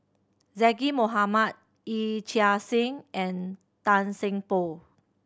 Zaqy Mohamad Yee Chia Hsing and Tan Seng Poh